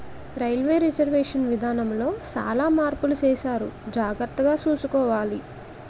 railway reservation విధానములో సాలా మార్పులు సేసారు జాగర్తగ సూసుకోవాల